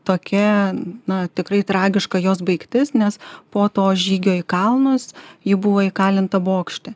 tokia na tikrai tragiška jos baigtis nes po to žygio į kalnus ji buvo įkalinta bokšte